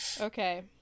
Okay